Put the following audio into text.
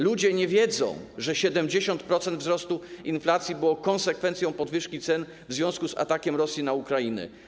Ludzie nie wiedzą, że 70% wzrostu inflacji to konsekwencja podwyżek cen w związku z atakiem Rosji na Ukrainę.